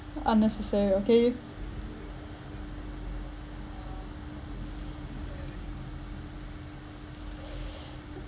unnecessary okay